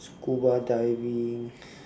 scuba diving